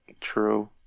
True